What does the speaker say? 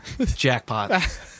jackpot